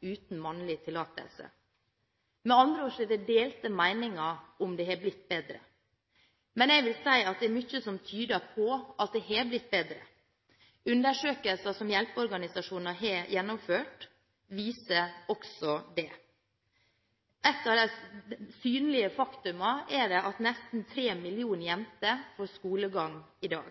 uten mannlig tillatelse. Med andre ord er det delte meninger om det har blitt bedre. Men jeg vil si at det er mye som tyder på at det har blitt bedre. Undersøkelser hjelpeorganisasjoner har gjennomført, viser også det. Et av de synlige faktaene er at nesten tre millioner jenter får skolegang i dag.